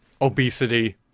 obesity